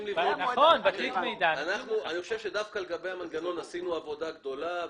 אני חושב שדווקא לגבי המנגנון עשינו עבודה גדולה.